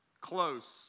close